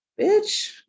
Bitch